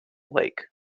lake